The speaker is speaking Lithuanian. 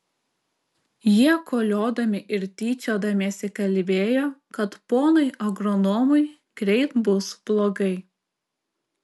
jie koliodami ir tyčiodamiesi kalbėjo kad ponui agronomui greit bus blogai